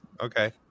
Okay